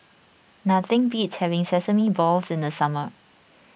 nothing beats having Sesame Balls in the summer